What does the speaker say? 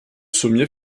sommier